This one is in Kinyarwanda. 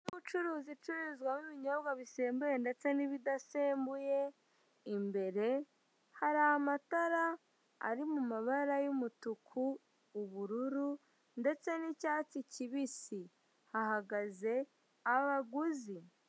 Inzu y'ubucuruzi icururizwamo ibinyobwa bisembuye ndetse n'ibidasembuye, imbere hari amatara ari mu mabara y'umutuku, ubururu ndetse n'icyatsi kibisi. Hahagaze abaguzi.